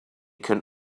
can